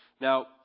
Now